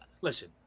listen